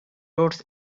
rhodes